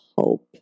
Hope